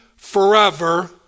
forever